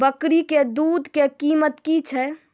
बकरी के दूध के कीमत की छै?